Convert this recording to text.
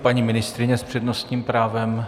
Paní ministryně s přednostním právem.